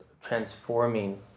transforming